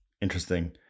interesting